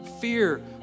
fear